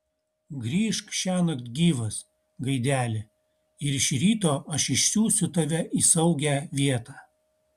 grįžk šiąnakt gyvas gaideli ir iš ryto aš išsiųsiu tave į saugią vietą